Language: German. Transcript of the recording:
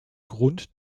grund